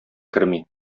керми